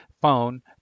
Phone